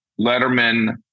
Letterman